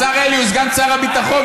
השר אלי הוא סגן שר הביטחון.